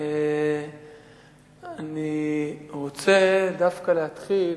אני רוצה דווקא להתחיל,